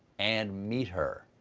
and meet her.